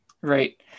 Right